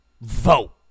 Vote